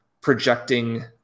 projecting